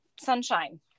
sunshine